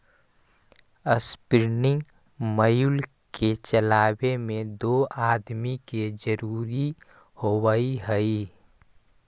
spinning mule के चलावे में दो आदमी के जरुरी होवऽ हई